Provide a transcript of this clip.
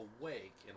awake